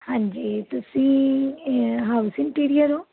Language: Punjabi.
ਹਾਂਜੀ ਤੁਸੀਂ ਹਾਊਸ ਇੰਟੀਰੀਅਰ ਹੋ